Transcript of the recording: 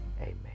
Amen